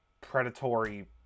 predatory